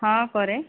ହଁ କରେ